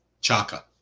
Chaka